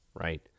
right